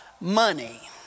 money